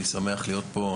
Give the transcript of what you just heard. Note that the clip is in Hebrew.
אני שמח להיות פה,